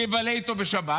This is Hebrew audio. שיבלה איתו בשבת,